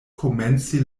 komenci